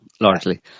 largely